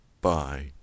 Bye